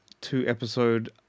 two-episode